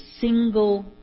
single